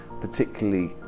particularly